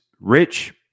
rich